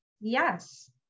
Yes